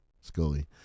scully